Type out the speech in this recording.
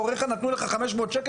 הוריך נתנו לך 500 ש"ח,